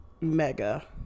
Mega